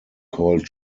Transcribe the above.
called